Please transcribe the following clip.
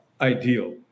ideal